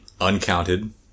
uncounted